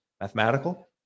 Mathematical